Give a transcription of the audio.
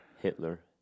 Hitler